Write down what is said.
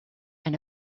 and